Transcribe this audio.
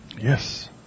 yes